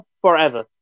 forever